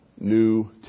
new